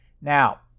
Now